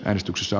äänestyksessä